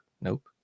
nope